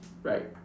right